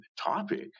topic